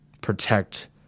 protect